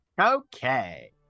okay